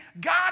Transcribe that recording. God